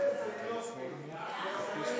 שינויים בהסדר תקופת